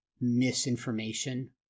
misinformation